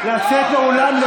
לצאת מהאולם.